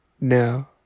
No